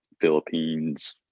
philippines